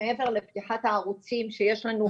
מעבר לפתיחת הערוצים שיש לנו,